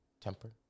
temper